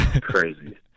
Crazy